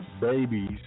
babies